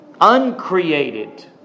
uncreated